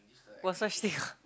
got such thing one